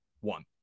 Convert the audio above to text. One